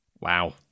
wow